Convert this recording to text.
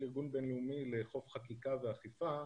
של ארגון בין-לאומי לאכוף חקיקה ואכיפה,